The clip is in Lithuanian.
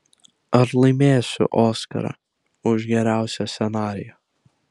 ar laimėsiu oskarą už geriausią scenarijų